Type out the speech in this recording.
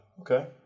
Okay